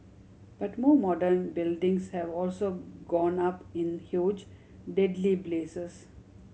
but more modern buildings have also gone up in huge deadly blazes